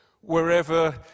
wherever